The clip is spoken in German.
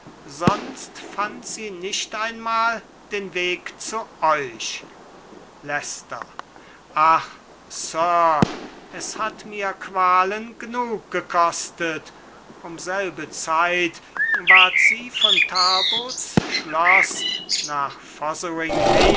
sonst fand sie nicht einmal den weg zu euch leicester ach sir es hat mir qualen g'nug gekostet um selbe zeit ward sie von talbots schloß nach